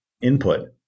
input